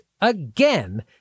Again